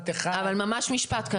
ממש משפט אחד.